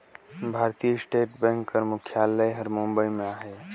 भारतीय state bank कर मुख्यालय हर बंबई में अहे